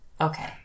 Okay